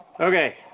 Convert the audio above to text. Okay